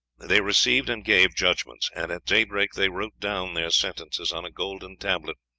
they received and gave judgments, and at daybreak they wrote down their sentences on a golden tablet,